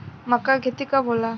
मक्का के खेती कब होला?